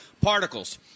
Particles